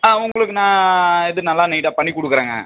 ஆ உங்களுக்கு நான் இது நல்லா நீட்டாக பண்ணிக் கொடுக்குறேங்க